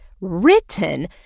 written